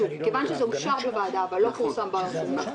מכיוון שזה אושר בוועדה אבל לא פורסם ברשומות --- נכון.